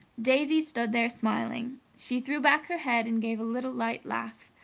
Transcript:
daisy stood there smiling she threw back her head and gave a little, light laugh.